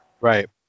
Right